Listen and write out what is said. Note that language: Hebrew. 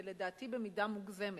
ולדעתי במידה מוגזמת.